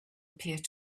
appeared